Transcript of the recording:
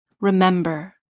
remember